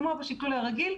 כמו בשקלול הרגיל,